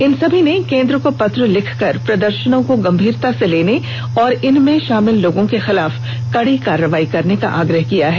इन सभी ने केन्द्र को पत्र लिखकर प्रदर्शनों को गम्भीरता से लेने और इनमें शामिल लोगों के खिलाफ कड़ी कार्रवाई करने का आग्रह किया है